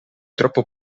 troppo